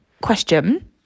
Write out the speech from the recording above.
Question